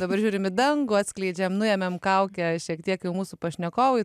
dabar žiūrim į dangų atskleidžiam nuėmėm kaukę šiek tiek jau mūsų pašnekovui